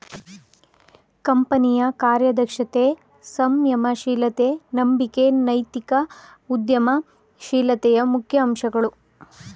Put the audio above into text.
ಕಂಪನಿಯ ಕಾರ್ಯದಕ್ಷತೆ, ಸಂಯಮ ಶೀಲತೆ, ನಂಬಿಕೆ ನೈತಿಕ ಉದ್ಯಮ ಶೀಲತೆಯ ಮುಖ್ಯ ಅಂಶಗಳು